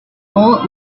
old